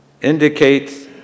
indicates